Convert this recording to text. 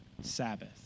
Sabbath